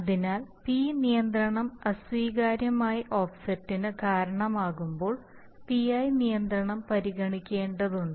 അതിനാൽ P നിയന്ത്രണം അസ്വീകാര്യമായ ഓഫ്സെറ്റിന് കാരണമാകുമ്പോൾ PI നിയന്ത്രണം പരിഗണിക്കേണ്ടതാണ്